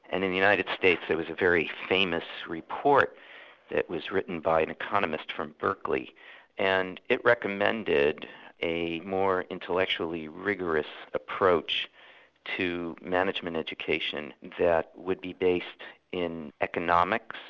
and in the united states there was a very famous report that was written by an economist from berkeley and it recommended a more intellectually rigorous approach to management education that would be based in economics,